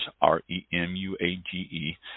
R-E-M-U-A-G-E